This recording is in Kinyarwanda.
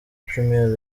premier